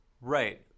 right